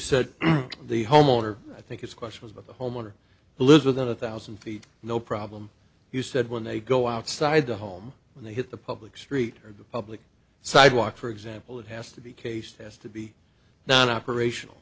said the homeowner i think is question was about the homeowner who lives within a thousand feet no problem you said when they go outside the home when they hit the public street or the public sidewalk for example it has to be cased as to be not operational